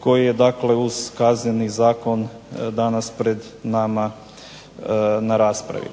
koji je dakle uz Kazneni zakon danas pred nama na raspravi.